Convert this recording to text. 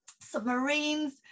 submarines